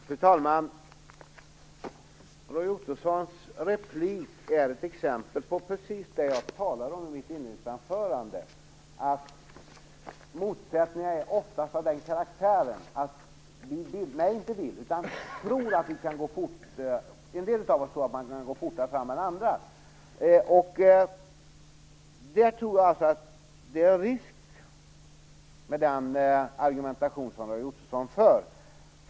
Fru talman! Roy Ottossons replik är ett exempel på precis det jag talade om i mitt inledningsanförande, nämligen att motsättningarna oftast är av den karaktären att en del av oss tror att vi kan gå fortare fram än vad andra tror. Jag tror att det finns en risk med den argumentation som Roy Ottosson för.